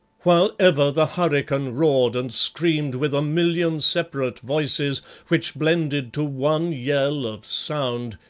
while ever the hurricane roared and screamed with a million separate voices which blended to one yell of sound,